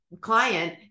client